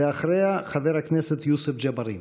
ואחריה, חבר הכנסת יוסף ג'בארין.